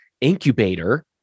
incubator